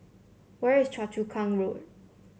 where is Choa Chu Kang Road